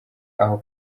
aho